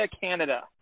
Canada